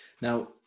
Now